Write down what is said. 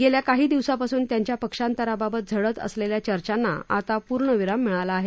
गेल्या काही दिवसापासून त्यांच्या पक्षांतराबाबत झडत असलेल्या चर्चांना आता पूर्णविराम मिळाला आहे